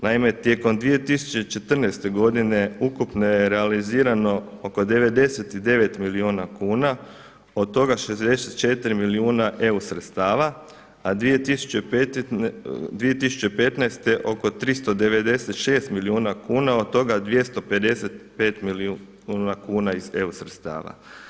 Naime, tijekom 2014. godine ukupno je realizirano oko 99 milijuna kuna, od toga 64 milijuna eu sredstava, a 2015. oko 396 milijuna kuna od toga 255 milijuna kuna iz eu sredstava.